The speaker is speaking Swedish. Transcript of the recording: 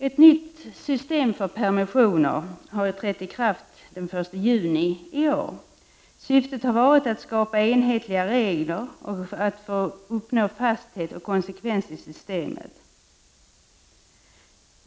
Ett nytt system för permissioner har trätt i kraft den 1 juni i år. Syftet har varit att skapa enhetliga regler för att uppnå fasthet och konsekvens i systemet.